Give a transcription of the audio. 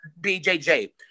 BJJ